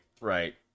right